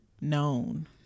known